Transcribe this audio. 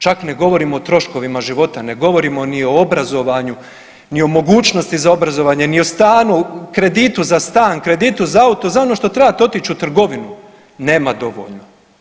Čak ne govorimo o troškovima života, ne govorimo ni o obrazovanju ni o mogućnosti za obrazovanje, ni o stanu, kreditu za stan, kreditu za auto, za ono što trebate otić u trgovinu, nema dovoljno.